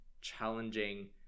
challenging